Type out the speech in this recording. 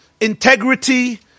integrity